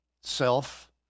self